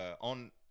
On